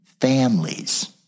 families